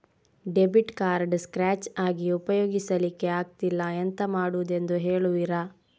Debit card scratch ಆಗಿ ಉಪಯೋಗಿಸಲ್ಲಿಕ್ಕೆ ಆಗ್ತಿಲ್ಲ, ಎಂತ ಮಾಡುದೆಂದು ಹೇಳುವಿರಾ?